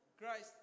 christ